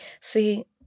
See